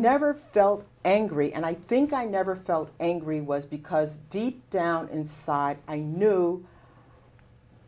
never felt angry and i think i never felt angry was because deep down inside i knew